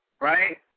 right